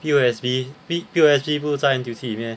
P_O_S_B P P_O_S_B 不是在 N_T_U_C 里面 meh